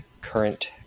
current